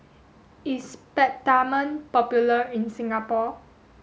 is Peptamen popular in Singapore